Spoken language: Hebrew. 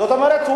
זאת אומרת,